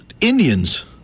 Indians